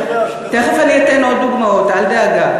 תכף אני אתן עוד דוגמאות, אל דאגה.